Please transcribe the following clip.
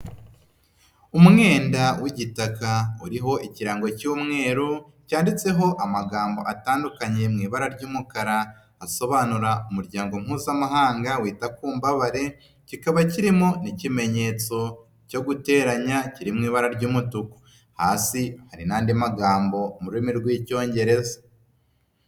Umwenda w'igitaka uriho ikirango cy'umweru cyanditseho amagambo atandukanye mu ibara ry'umukara asobanura umuryango mpuzamahanga wita ku mbabare, kikaba kirimo n'ikimenyetso cyo guteranya kiri mu ibara ry'umutuku, hasi hari n'andi magambo mu rurimi rw'Icyongereza.